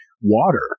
water